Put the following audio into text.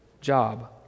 job